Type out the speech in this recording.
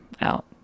out